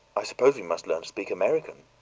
i suppose we must learn to speak american.